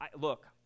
Look